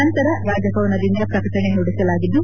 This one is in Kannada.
ನಂತರ ರಾಜಭವನದಿಂದ ಪ್ರಕಟಣೆ ಹೊರಡಿಸಲಾಗಿದ್ದು